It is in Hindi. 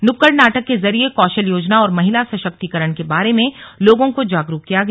नुक्कड़ नाटक के जरिये कौशल योजना और महिला सशक्तिकरण के बारे में लोगों को जागरूक किया गया